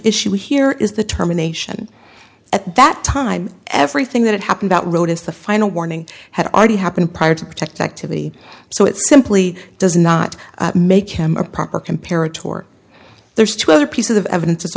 issue here is the term a nation at that time everything that happened that road is the final warning had already happened prior to protect activity so it simply does not make him a proper compare a tour there's two other pieces of evidence